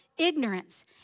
ignorance